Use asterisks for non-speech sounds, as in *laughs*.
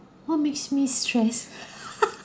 what makes me stress *laughs*